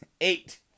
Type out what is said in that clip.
eight